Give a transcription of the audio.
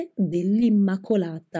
dell'Immacolata